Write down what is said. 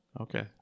Okay